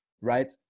right